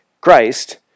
Christ